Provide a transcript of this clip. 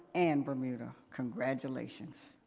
and bermuda. congratulations.